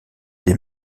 des